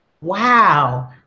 wow